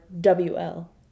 W-L